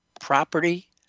property